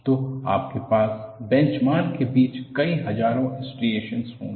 तो आपके पास बेंचमार्क के बीच कई हजारों स्ट्रिएशनस होंगे